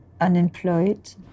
unemployed